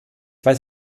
weiß